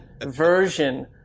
version